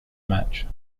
match